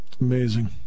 Amazing